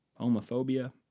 Homophobia